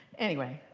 anyway.